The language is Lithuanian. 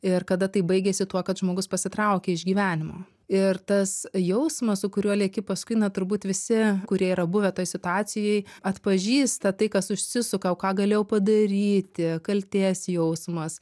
ir kada tai baigėsi tuo kad žmogus pasitraukė iš gyvenimo ir tas jausmas su kuriuo lieki paskui na turbūt visi kurie yra buvę toj situacijoj atpažįsta tai kas užsisuka o ką galėjau padaryti kaltės jausmas